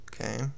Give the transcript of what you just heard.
Okay